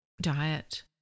diet